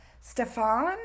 Stefan